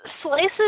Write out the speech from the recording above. Slices